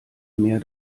mehr